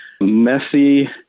messy